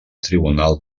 tribunal